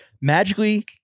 magically